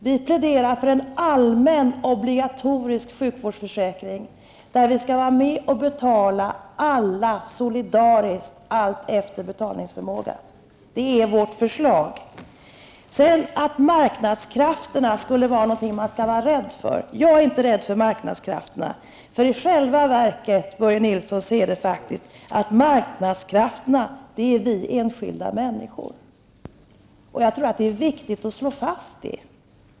Vi pläderar för en allmän, obligatorisk sjukvårdsförsäkring, där alla skall vara med och betala solidariskt, alltefter betalningsförmåga. Det är vårt förslag. Det verkar som om marknadskrafterna skulle vara någonting att vara rädd för. Jag är inte rädd för marknadskrafterna. I själva verket är marknadskrafterna vi människor. Jag tror att det är viktigt att slå fast det.